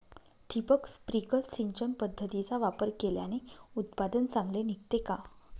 ठिबक, स्प्रिंकल सिंचन पद्धतीचा वापर केल्याने उत्पादन चांगले निघते का?